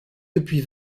depuis